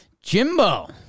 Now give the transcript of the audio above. Jimbo